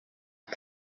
ubu